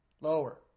Lower